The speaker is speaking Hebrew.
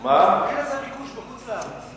אין לזה ביקוש בחוץ-לארץ.